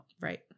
Right